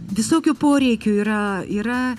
visokių poreikių yra yra